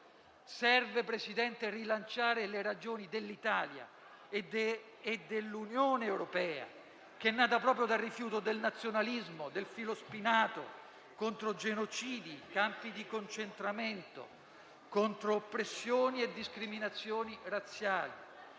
Signor Presidente, serve rilanciare le ragioni dell'Italia e dell'Unione europea, che è nata proprio dal rifiuto del nazionalismo, del filo spinato, contro genocidi e campi di concentramento, contro oppressioni e discriminazioni razziali.